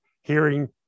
hearing